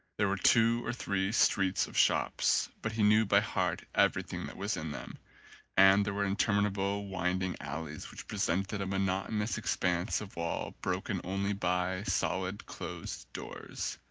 there were two or three streets of shops, but he knew by heart everything that was in them and there were interminable winding alleys which presented a monotonous expanse of wall broken only by solid closed doors.